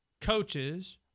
coaches